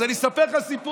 אז אני אספר לך סיפור.